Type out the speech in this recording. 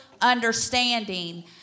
understanding